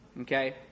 Okay